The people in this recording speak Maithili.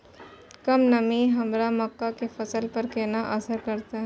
कम नमी हमर मक्का के फसल पर केना असर करतय?